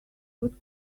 what